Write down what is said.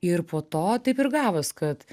ir po to taip ir gavos kad